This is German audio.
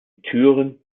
türen